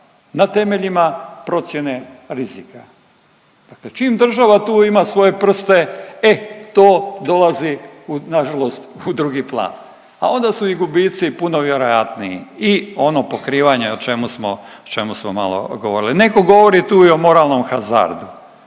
na temeljima procjene rizika, dakle čim država tu ima svoje prste e, to dolazi nažalost u drugi plan, a onda su i gubici puno vjerojatniji i ono pokrivanje o čemu smo, o čemu smo malo govorili, neko govori u i o moralnom hazardu.